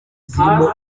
zirimo